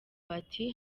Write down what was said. bati